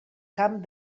camp